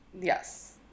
Yes